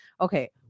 Okay